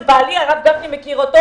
זה בעלי הרב גפני מכיר אותו